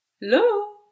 Hello